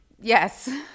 yes